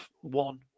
one